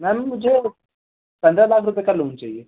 ma'am मुझे पंद्रह लाख रुपये का लोन चाहिए